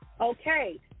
Okay